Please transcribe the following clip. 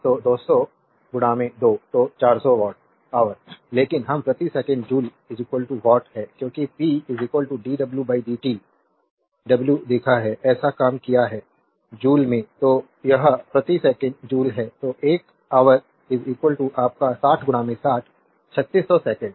तो 200 2 तो 400 watt hour लेकिन हम प्रति सेकंड जूल वाट है क्योंकि पी dwdt डब्ल्यू देखा है ऐसा काम किया है जूल में तो यह प्रति सेकंड जूल है तो 1 ऑवर आपका 60 60 3600 सेकंड